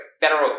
federal